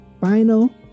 final